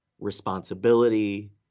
responsibility